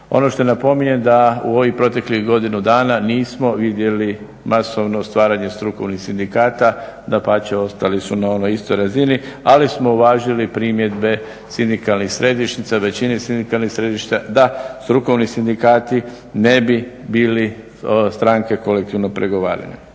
Ono što i napominjem da u ovih proteklih godinu dana nismo vidjeli masovno stvaranje strukovnih sindikata, dapače ostali su na onoj istoj razini ali smo uvažili primjedbe sindikalnih središnjica, većini sindikalnih središta da strukovni sindikati ne bi bili stranke kolektivnog pregovaranja.